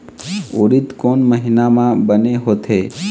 उरीद कोन महीना म बने होथे?